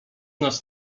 nas